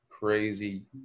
crazy